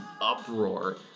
uproar